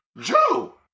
Joe